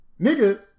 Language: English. nigga